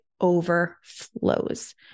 overflows